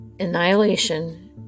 Annihilation